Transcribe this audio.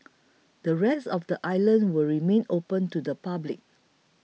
the rest of the island will remain open to the public